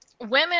women